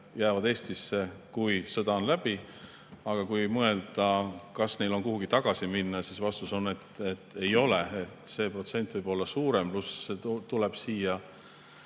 jäävad Eestisse, kui sõda on läbi. Aga kui mõelda, kas neil on kuhugi tagasi minna, siis vastus on, et ei ole. See protsent võib olla suurem. Pluss siia